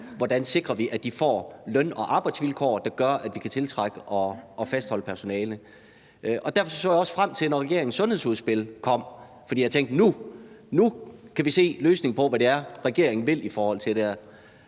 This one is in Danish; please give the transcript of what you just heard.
hvordan vi sikrer, at de får løn- og arbejdsvilkår, der gør, at vi kan tiltrække og fastholde personale. Derfor så jeg også frem til, at regeringens sundhedsudspil skulle komme, for jeg tænkte, at nu kan vi se, hvad det er, regeringen vil i forhold til det her.